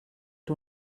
era